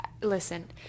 Listen